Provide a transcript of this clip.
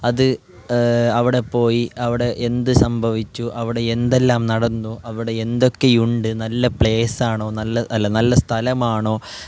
അത് അവിടെ പോയി അവിടെ എന്തു സംഭവിച്ചു അവിടെ എന്തെല്ലാം നടന്നു അവിടെ എന്തൊക്കെ ഉണ്ട് നല്ല പ്ലേസ് ആണോ നല്ല അല്ല നല്ല സ്ഥലമാണോ